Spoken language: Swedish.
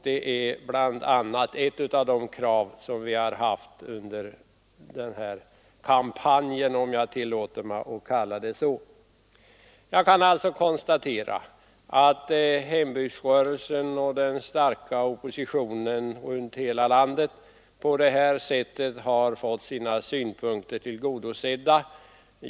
Det är ett av de krav som vi har framfört under vår kampanj om jag får kalla den så. Jag kan alltså konstatera att hembygdsrörelsen och den starka oppositionen i hela landet nu fått sina önskningar tillgodosedda.